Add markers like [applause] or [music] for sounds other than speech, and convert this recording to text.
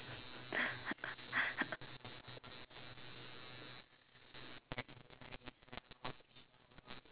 [laughs]